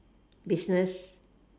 business